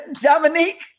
Dominique